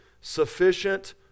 sufficient